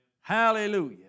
Hallelujah